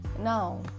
No